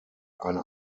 eine